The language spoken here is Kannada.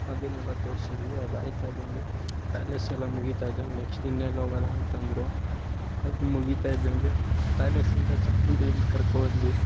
ಅದನ್ನೆಲ್ಲ ತೋರಿಸಿದ್ವಿ ಅದು ಆಗ್ತಾಯಿದ್ದಂಗೆ ಪ್ಯಾಲೇಸೆಲ್ಲ ಮುಗಿತಾಯಿದ್ದಂಗೆ ನೆಕ್ಸ್ಟ್ ಇನ್ನೆಲ್ಲಿ ಹೋಗೋದು ಅಂತಂದ್ರು ಅಲ್ಲಿ ಮುಗಿತಾಯಿದ್ದಂಗೆ ಪ್ಯಾಲೇಸಿಂದ ಚಾಮುಂಡಿ ಇಲ್ ಕರ್ಕೋದ್ವಿ